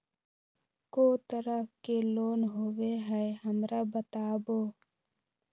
को तरह के लोन होवे हय, हमरा बताबो?